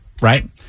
right